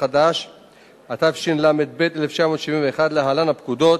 התשל"ב 1971 (להלן: הפקודה),